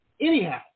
anyhow